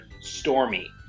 Stormy